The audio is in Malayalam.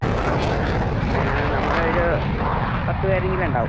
നമ്മളൊരു പത്തു പേരെങ്കിലും ഉണ്ടാവും